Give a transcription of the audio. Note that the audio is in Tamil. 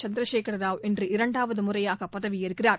சந்திரசேகர ராவ் இன்று இரண்டாவது முறையாக பதவியேற்கிறார்